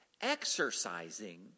exercising